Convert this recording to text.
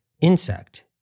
insect